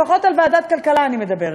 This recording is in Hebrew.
לפחות על ועדת כלכלה אני מדברת,